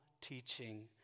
teaching